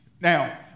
Now